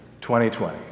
2020